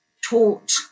taught